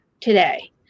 today